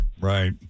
Right